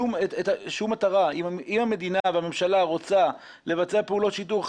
אם המדינה והממשלה רוצות לבצע פעולות שיטור,